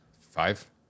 Five